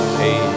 hey